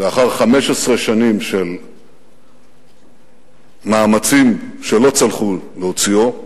לאחר 15 שנים של מאמצים שלא צלחו להוציאו,